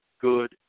good